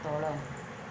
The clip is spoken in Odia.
ତଳ